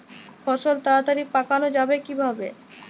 ফসল তাড়াতাড়ি পাকানো যাবে কিভাবে?